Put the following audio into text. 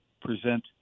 present